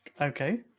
Okay